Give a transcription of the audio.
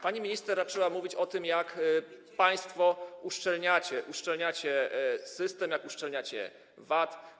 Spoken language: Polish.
Pani minister raczyła mówić o tym, jak państwo uszczelniacie system, jak uszczelniacie VAT.